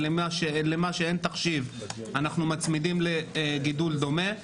ואת מה שאין לו תחשיב אנחנו מצמידים לגידול דומה,